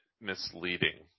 misleading